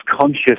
conscious